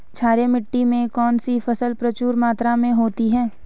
क्षारीय मिट्टी में कौन सी फसल प्रचुर मात्रा में होती है?